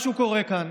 משהו קורה כאן,